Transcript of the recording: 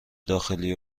داخلی